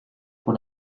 pour